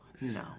no